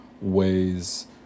ways